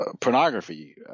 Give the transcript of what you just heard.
pornography